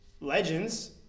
legends